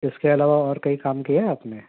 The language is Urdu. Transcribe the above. اس کے علاوہ اور کہیں کام کیا ہے آپ نے